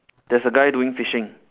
there's a guy doing fishing